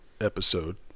episode